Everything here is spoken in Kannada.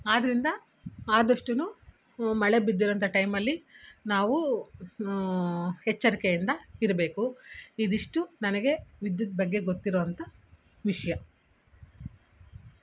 ಆದ್ದರಿಂದ ಆದಷ್ಟೂ ಮಳೆ ಬಿದ್ದಿರೋವಂಥ ಟೈಮಲ್ಲಿ ನಾವು ಎಚ್ಚರಿಕೆಯಿಂದ ಇರಬೇಕು ಇದಿಷ್ಟು ನನಗೆ ವಿದ್ಯುತ್ ಬಗ್ಗೆ ಗೊತ್ತಿರೋವಂಥ ವಿಷಯ